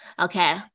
okay